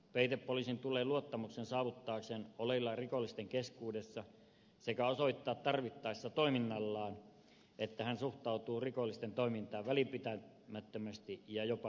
peitepoliisin tulee luottamuksen saavuttaakseen oleilla rikollisten keskuudessa sekä osoittaa tarvittaessa toiminnallaan että hän suhtautuu rikollisten toimintaan välinpitämättömästi ja jopa hyväksyvästi